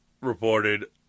reported